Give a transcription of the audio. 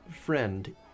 friend